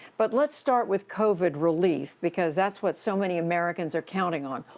but let's start with covid relief, because that's what so many americans are counting on.